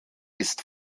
ist